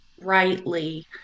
rightly